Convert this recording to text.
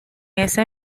ese